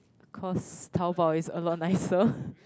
cause Taobao is a lot nicer